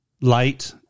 light